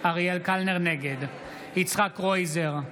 נגד יצחק קרויזר,